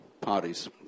parties